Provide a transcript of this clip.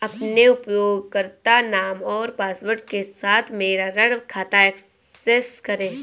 अपने उपयोगकर्ता नाम और पासवर्ड के साथ मेरा ऋण खाता एक्सेस करें